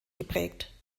geprägt